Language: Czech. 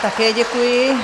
Také děkuji.